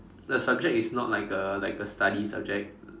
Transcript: the subject is not like a like a study subject